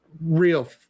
real